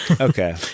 Okay